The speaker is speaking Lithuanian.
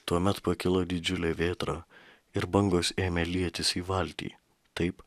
tuomet pakilo didžiulė vėtra ir bangos ėmė lietis į valtį taip